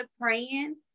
praying